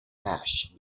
ash